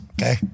okay